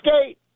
State